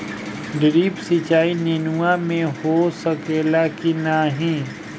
Drip सिंचाई नेनुआ में हो सकेला की नाही?